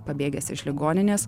pabėgęs iš ligoninės